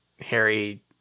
Harry